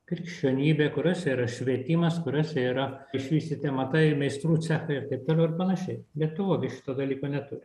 krikščionybė kuriose yra švietimas kuriose yra išvysyti amatai meistrų cechai ir taip toliau ir panašiai lietuva gi šito dalyko neturi